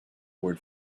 word